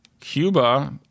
Cuba